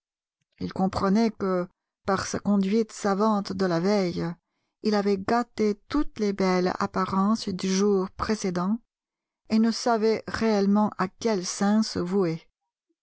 il comprenait que par sa conduite savante de la veille il avait gâté toutes les belles apparences du jour précédent et ne savait réellement à quel saint se vouer